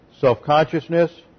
self-consciousness